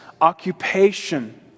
occupation